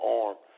arm